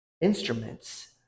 instruments